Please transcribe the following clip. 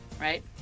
Right